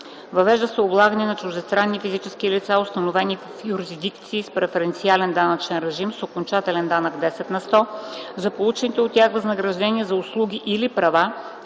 въвежда се облагане на чуждестранни физически лица, установени в юрисдикции с преференциален данъчен режим, с окончателен данък 10 на сто за получените от тях възнаграждения за услуги или права,